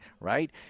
right